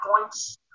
points